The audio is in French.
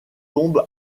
tombe